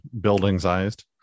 building-sized